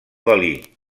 dalí